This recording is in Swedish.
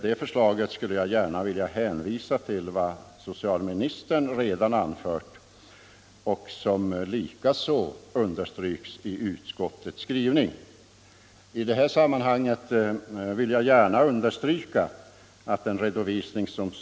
Där vill jag dock hänvisa till vad socialministern sade i sitt anförande och till vad utskottet har understrukit i sitt betänkande.